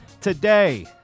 Today